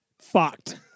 Fucked